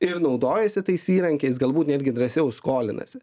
ir naudojasi tais įrankiais galbūt netgi drąsiau skolinasi